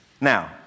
Now